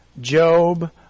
Job